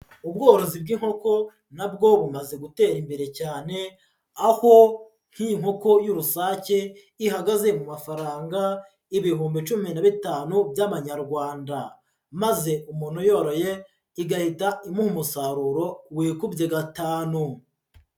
Ubworozi bw'inkoko na bwo bumaze gutera imbere cyane, aho nk'iyi nkoko y'urusake ihagaze mu mafaranga ibihumbi cumi na bitanu by'Amanyarwanda, maze umuntu uyoroye igahita imuha umusaruro wikubye gatanu.